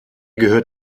gehört